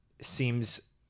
seems